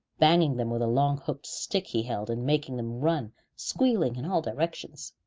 banging them with a long hooked stick he held, and making them run squealing in all directions.